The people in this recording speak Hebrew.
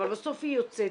אבל בסוף היא יוצאת,